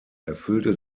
erfüllte